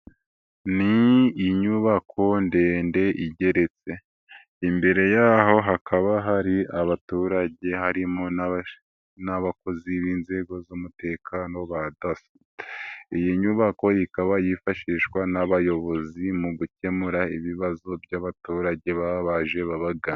Ni inyubako ndende igeretse. Imbere yaho hakaba hari abaturage harimo n'abakozi b'inzego z'umutekano ba daso. Iyi nyubako ikaba yifashishwa n'abayobozi mu gukemura ibibazo by'abaturage baba baje babagana.